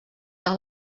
del